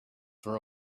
for